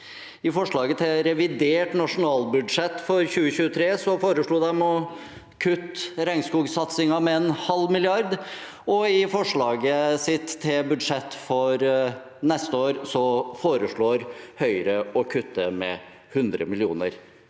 I forslaget til revidert nasjonalbudsjett for 2023 foreslo de å kutte regnskogsatsingen med en halv milliard, og i forslaget sitt til budsjett for neste år foreslår Høyre å kutte med hundre millioner.